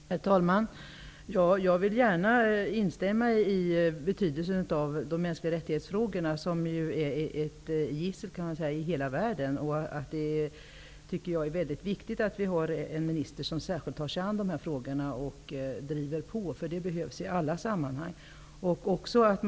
Herr talman! Jag vill gärna instämma i att frågan om kränkningar av de mänskliga rättigheterna har stor betydelse. De är ett gissel i hela världen. Det är mycket viktigt att vi har en minister som särskilt tar sig an dessa frågor och driver på. Det behövs i alla sammanhang.